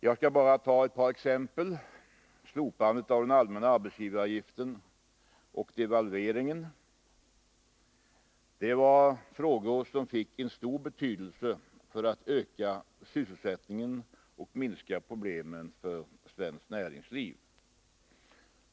Jag skall bara ta ett par exempel: slopandet av den allmänna arbetsgivaravgiften och devalveringen. Det var åtgärder som fick stor betydelse för att öka sysselsättningen och minska problemen för svenskt näringsliv.